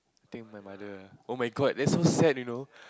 I think my mother ah oh-my-god that's so sad you know